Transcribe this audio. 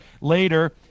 later